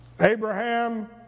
Abraham